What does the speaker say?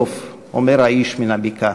סוֹף' אומר האיש מן הבקעה".